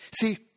See